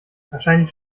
wahrscheinlich